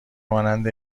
مانند